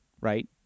right